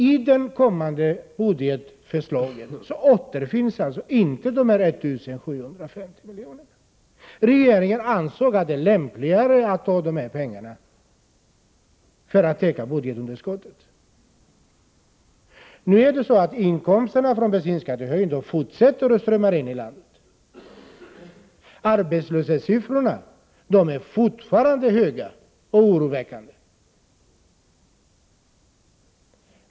I det nya budgetförslaget återfinns alltså inte de här 1 750 miljonerna. Regeringen ansåg det lämpligare att ta de här pengarna för att täcka budgetunderskottet. Inkomsterna från bensinskattehöjningen fortsätter att strömma in i landet. Arbetslöshetssiffrorna är fortfarande oroväckande höga.